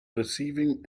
receiving